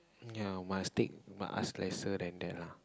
ya must take must ask lesser than take that ah